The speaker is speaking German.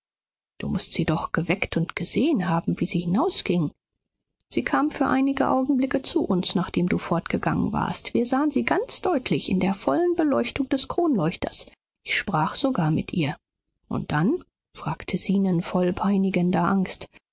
du mußt sie doch geweckt und gesehen haben wie sie hinausging sie kam für einige augenblicke zu uns nachdem du fortgegangen warst wir sahen sie ganz deutlich in der vollen beleuchtung des kronleuchters ich sprach sogar mit ihr und dann fragte zenon voll peinigender angst